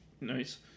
Nice